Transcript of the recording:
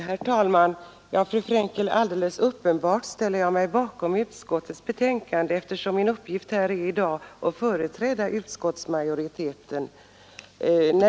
Herr talman! Ja, fru Frankel, alldeles uppenbart ställer jag mig bakom utskottets betänkande, eftersom min uppgift här i dag är att företräda utskottsmajoriteten.